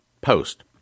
post